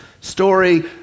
story